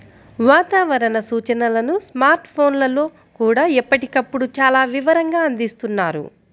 వాతావరణ సూచనలను స్మార్ట్ ఫోన్లల్లో కూడా ఎప్పటికప్పుడు చాలా వివరంగా అందిస్తున్నారు